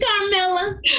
Carmela